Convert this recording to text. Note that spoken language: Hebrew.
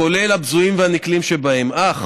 כולל הבזויים והנקלים שבהם, אך